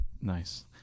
Nice